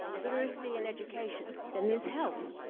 literacy and education, then this health,